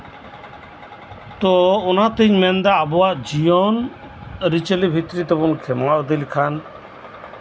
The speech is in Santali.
ᱛᱚ ᱚᱱᱟᱛᱤᱧ ᱢᱮᱱᱫᱟ ᱟᱵᱚᱣᱟᱜ ᱡᱤᱭᱚᱱ ᱟᱹᱨᱤᱪᱟᱞᱤ ᱵᱷᱤᱛᱨᱤ ᱛᱮᱵᱚᱱ ᱠᱷᱮᱢᱟᱣ ᱤᱫᱤ ᱞᱮᱠᱷᱟᱱ